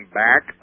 back